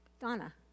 Donna